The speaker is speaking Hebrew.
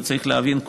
צריך להבין,